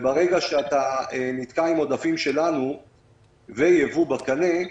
ברגע שאתה נתקע עם העודפים שלנו ויש ייבוא בקנה,